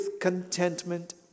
contentment